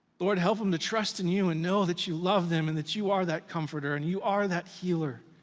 lord, help em to trust in you and know that you love them and that you are that comforter and you are that healer.